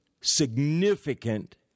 significant